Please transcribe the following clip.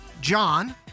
John